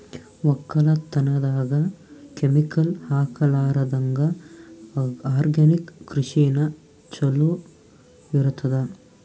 ಒಕ್ಕಲತನದಾಗ ಕೆಮಿಕಲ್ ಹಾಕಲಾರದಂಗ ಆರ್ಗ್ಯಾನಿಕ್ ಕೃಷಿನ ಚಲೋ ಇರತದ